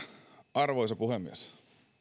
arvoisa puhemies